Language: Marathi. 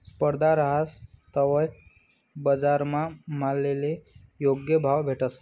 स्पर्धा रहास तवय बजारमा मालले योग्य भाव भेटस